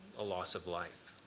a loss of life,